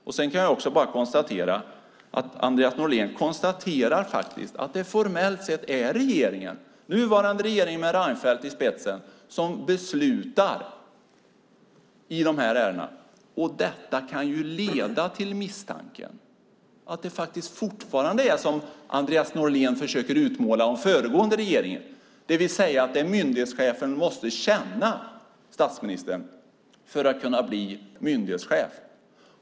Jag kan också konstatera att Andreas Norlén faktiskt konstaterar att det formellt sett är regeringen, nuvarande regeringen med Reinfeldt i spetsen, som beslutar i de här ärendena, och detta kan leda till misstanken att det fortfarande är som Andreas Norlén försöker utmåla om den föregående regeringen, det vill säga att myndighetschefen måste känna statsministern för att kunna bli myndighetschef.